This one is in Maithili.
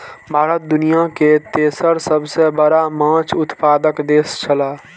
भारत दुनिया के तेसर सबसे बड़ा माछ उत्पादक देश छला